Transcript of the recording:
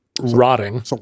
rotting